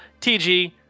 TG